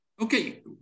Okay